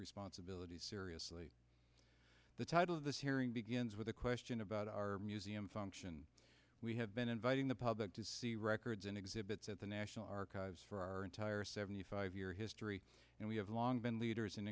responsibility seriously the title of this hearing begins with a question about our museum function we have been inviting the public to see records and exhibits at the national archives for our entire seventy five year history and we have long been leaders